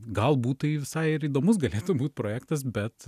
galbūt tai visai ir įdomus galėtų būt projektas bet